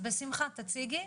בשמחה, תציגי.